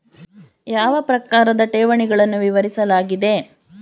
ಯಾವ ಪ್ರಕಾರದ ಠೇವಣಿಗಳನ್ನು ವಿವರಿಸಲಾಗಿದೆ?